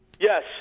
Yes